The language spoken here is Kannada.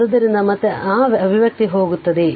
ಆದ್ದರಿಂದ ಮತ್ತೆ ಆ ಅಭಿವ್ಯಕ್ತಿಗೆ ಹೋಗುತ್ತದೆ